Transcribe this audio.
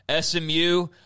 SMU